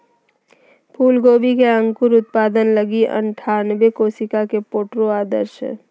फूलगोभी के अंकुर उत्पादन लगी अनठानबे कोशिका के प्रोट्रे आदर्श हइ